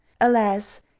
Alas